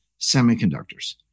semiconductors